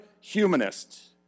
humanist